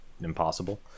impossible